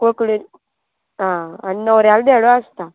कोंकणी आं आनी न्हवऱ्यालो देडो आसता